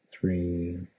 Three